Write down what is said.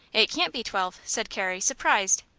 it can't be twelve, said carrie, surprised.